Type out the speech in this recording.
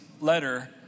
letter